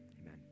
amen